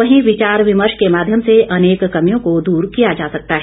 वहीं विचार विमर्श के माध्यम से अनेक कमियों को दूर किया जा सकता है